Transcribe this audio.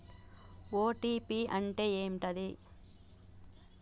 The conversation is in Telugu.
ఓ.టీ.పి అంటే ఏంటిది?